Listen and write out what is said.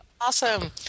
Awesome